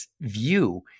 view